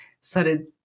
started